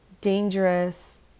dangerous